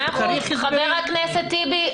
חבר הכנסת טיבי,